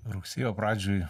rugsėjo pradžioj